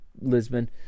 Lisbon